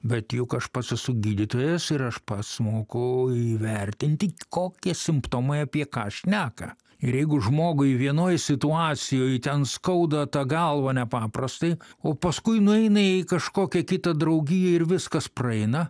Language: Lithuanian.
bet juk aš pats esu gydytojas ir aš pats moku įvertinti kokie simptomai apie ką šneka ir jeigu žmogui vienoj situacijoj ten skauda tą galvą nepaprastai o paskui nueina į kažkokią kitą draugiją ir viskas praeina